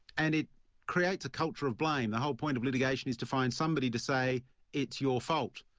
and it creates a culture of blame the whole point of litigation is to find somebody to say it's your fault.